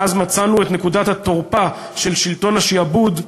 מאז מצאנו את נקודת התורפה של שלטון השעבוד,